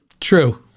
True